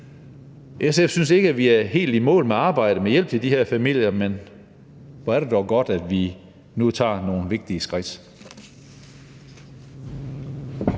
SF synes ikke, vi er helt i mål med arbejdet med hjælp til de her familer, men hvor er det dog godt, at vi nu tager nogle vigtige skridt.